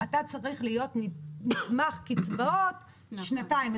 אתה צריך להיות נתמך קצבאות במשך שנתיים,